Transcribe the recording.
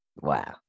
Wow